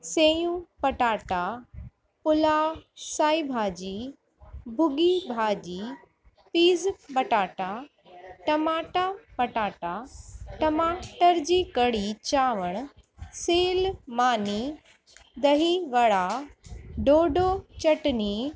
सेयूं पटाटा पुलाव साई भाॼी भुॻी भाॼी पीज़ पटाटा टमाटा पटाटा टमाटर जी कढ़ी चांवर सेल मानी दही वड़ा ढोढो चटनी